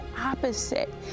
opposite